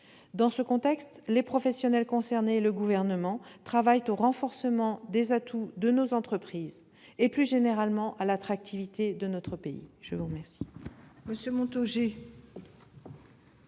Dans ce contexte, les professionnels concernés et le Gouvernement travaillent au renforcement des atouts de nos entreprises et plus généralement à l'attractivité de notre pays. La parole